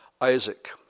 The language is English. Isaac